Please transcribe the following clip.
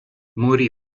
morì